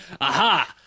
Aha